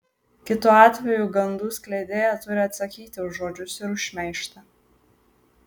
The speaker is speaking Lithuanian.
kitu atveju gandų skleidėja turi atsakyti už žodžius ir už šmeižtą